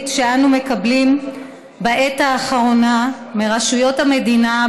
שאנו מקבלים בעת האחרונה מרשויות המדינה,